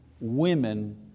women